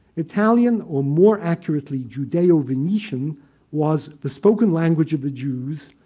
italian, or more accurately judeo-venetian was the spoken language of the jews.